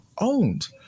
owned